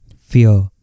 fear